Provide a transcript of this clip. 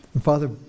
Father